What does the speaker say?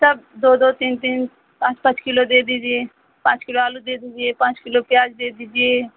सब दो दो तीन तीन पाँच पाँच किलो दे दीजिए पाँच किलो आलू दे दीजिए पाँच किलो प्याज दे दीजिए